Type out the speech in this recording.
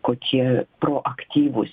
kokie proaktyvus